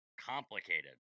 complicated